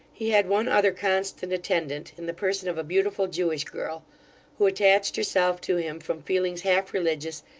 he had one other constant attendant, in the person of a beautiful jewish girl who attached herself to him from feelings half religious,